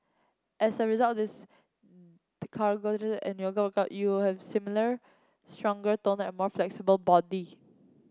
as a result this and yoga workout you'll have slimmer stronger toner and more flexible body